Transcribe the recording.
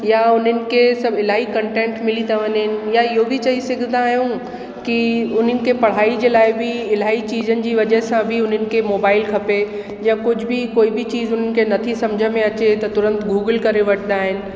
या हुननि खे सभु इलाही कंटेंट मिली था वञेनि या इहो बि चई सघंदा आहियूं कि उन्हनि खे पढ़ाई जे लाइ बि इलाही चीजनि जी वजह सां बि उन्हनि खे मोबाइल खपे या कुझु बि कोई बि चीज हुननि खे नथी सम्झि में अचे त तुरंत गूगल करे वठंदा आहिनि